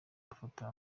bafata